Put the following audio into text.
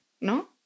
No